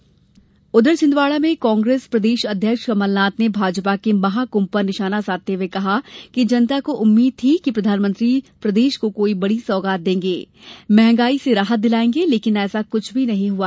कांग्रेस आरोप छिन्दवाड़ा में कांग्रेस प्रदेश अध्यक्ष कमलनाथ ने भाजपा के महाकुम्भ पर उधर निशाना साधते हुए कहा कि जनता को उम्मीद थी कि प्रधानमंत्री प्रदेश को कोई बड़ी सौगात देंगे मंहगाई से राहत दिलायेंगे लेकिन ऐसा कृष्ठ भी नहीं हुआ